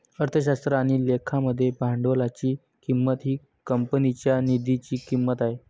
अर्थशास्त्र आणि लेखा मध्ये भांडवलाची किंमत ही कंपनीच्या निधीची किंमत आहे